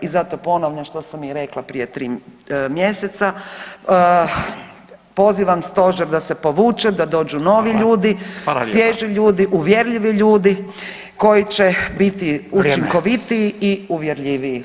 I zato ponavljam što sam i rekla prije 3 mjeseca, poziva stožer da se povuče [[Upadica: Hvala.]] da dođu novi ljudi [[Upadica: Hvala lijepa.]] svježi ljudi, uvjerljivi ljudi koji će biti učinkovitiji [[Upadica: Vrijeme.]] i uvjerljiviji.